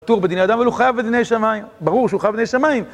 פטור בדיני אדם, אבל הוא חייב בדיני שמיים. ברור שהוא חייב בדיני שמיים.